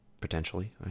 potentially